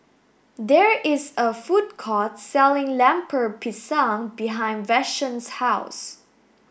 there is a food court selling Lemper Pisang behind Vashon's house